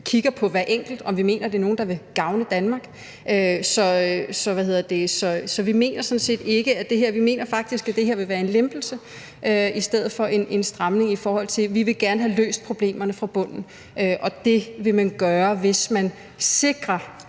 kigger på hver enkelt – om vi mener, at det er nogen, der vil gavne Danmark. Så vi mener faktisk, at det her vil være en lempelse i stedet for en stramning, i forhold til at vi gerne vil have løst problemerne fra bunden. Og det vil man gøre, hvis man sikrer,